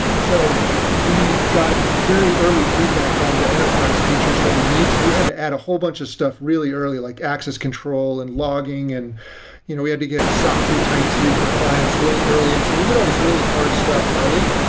so we got very early feedback on the enterprise features that we need. so we had to add a whole bunch of stuff really early, like access control, and logging, and you know we had to get soc two type two compliance really early. and so we did all these really hard stuff early.